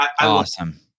Awesome